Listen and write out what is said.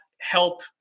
help